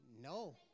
No